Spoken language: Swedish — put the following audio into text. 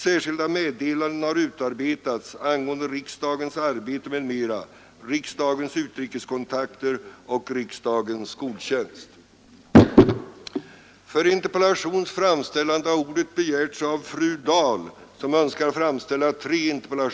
Särskilda meddelanden har utarbetats angående riksdagens arbete m.m., riksdagens utrikeskontakter och riksdagens skoltjänst.